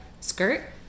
skirt